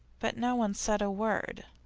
but no one said a word,